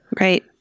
Right